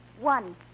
One